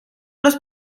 los